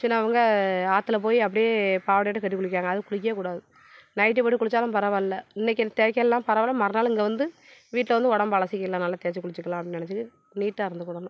சிலவங்க ஆற்றுல போய் அப்படியே பாவாடயோடு கட்டி குளிக்கிறாங்க அதுவும் குளிக்கவே கூடாது நைட்டி போட்டு குளிச்சாலும் பரவாயில்லை இன்றைக்கி எனக்கு தேய்க்கெல்லாம் பரவாயில்லை மறுநாள் இங்கே வந்து வீட்டில் வந்து உடம்பை அலசிக்கலாம் நல்லா தேய்ச்சி குளிச்சிக்கலாம் அப்படின் நினச்சி நீட்டாக இருந்துக்கிடணும்